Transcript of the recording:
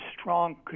strong